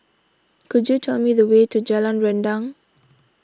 could you tell me the way to Jalan Rendang